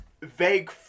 vague